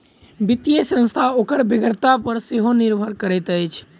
वित्तीय संस्था ओकर बेगरता पर सेहो निर्भर करैत अछि